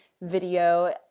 video